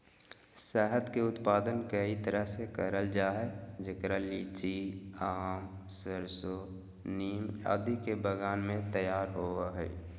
शहद के उत्पादन कई तरह से करल जा हई, जेकरा लीची, आम, सरसो, नीम आदि के बगान मे तैयार होव हई